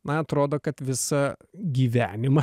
na atrodo kad visą gyvenimą